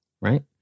Right